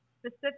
specific